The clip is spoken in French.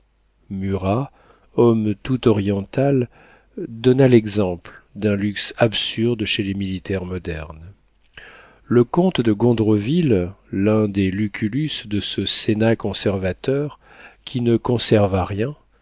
murat homme tout oriental donna l'exemple d'un luxe absurde chez les militaires modernes illustration le colonel de soulanges l'affaissement de ses membres et l'immobilité de son front accusaient toute sa douleur la paix du ménage le comte de gondreville l'un des lucullus de ce sénat conservateur qui ne conserva rien